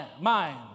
mind